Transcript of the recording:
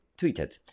tweeted